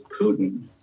Putin